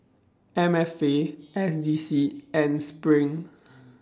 M F A S D C and SPRING